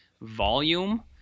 volume